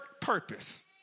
purpose